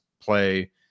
play